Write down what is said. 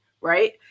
right